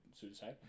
suicide